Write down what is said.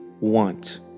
want